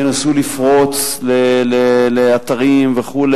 ינסו לפרוץ לאתרים וכו',